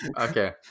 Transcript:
Okay